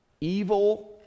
evil